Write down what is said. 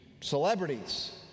celebrities